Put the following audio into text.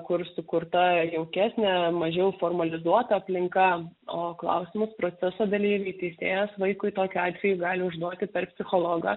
kur sukurta jaukesnė mažiau formalizuota aplinka o klausimų proceso dalyviui teisėjas vaikui tokiu atveju gali užduoti per psichologą